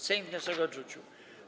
Sejm wniosek odrzucił.